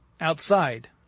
outside